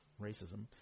racism